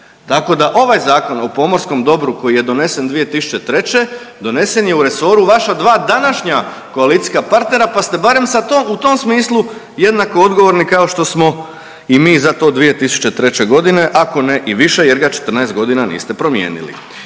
tako da ovaj Zakon o pomorskom dobru koji je donesen 2003. donesen je u resoru vaša dva današnja koalicijska partnera, pa ste barem u tom smislu jednako odgovorni kao što smo i mi za to 2003.g. ako ne i više jer ga 14.g. niste promijenili.